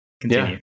continue